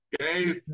Okay